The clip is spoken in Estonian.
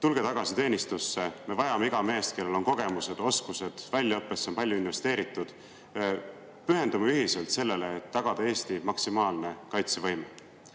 tulge tagasi teenistusse. Me vajame iga meest, kellel on kogemused, oskused, kelle väljaõppesse on palju investeeritud. Pühendume ühiselt sellele, et tagada Eesti maksimaalne kaitsevõime."